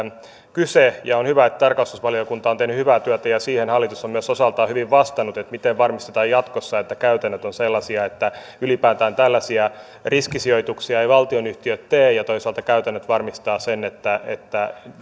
kyse ja on hyvä että tarkastusvaliokunta on tehnyt hyvää työtä ja siihen hallitus on myös osaltaan hyvin vastannut miten varmistetaan jatkossa että käytännöt ovat sellaisia että ylipäätään tällaisia riskisijoituksia eivät valtionyhtiöt tee ja toisaalta käytännöt varmistavat sen että että